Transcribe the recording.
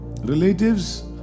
relatives